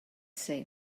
say